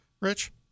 Rich